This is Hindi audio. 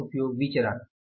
सामग्री उपयोग विचरण